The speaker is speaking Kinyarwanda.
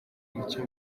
muke